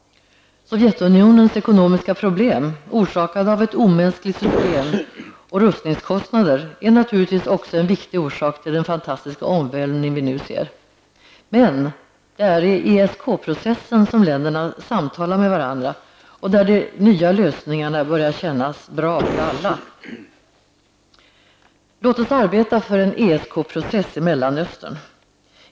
Sovjetunionens ekonomiska problem, orsakade av ett omänskligt system och rustningskostnader, är naturligtvis också en viktig orsak till den fantastiska omvälvning som vi nu ser. Men det är i ESK-processen som länderna samtalar med varandra och där de nya lösningarna börjar kännas bra för alla. Låt oss arbeta för en ESK-process i Mellanöstern.